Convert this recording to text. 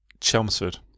Chelmsford